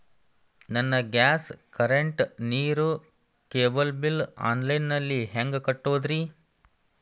ನನ್ನ gas, current, ನೇರು, cable bill online ನಲ್ಲಿ ಹೆಂಗ್ ಕಟ್ಟೋದ್ರಿ?